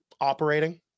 operating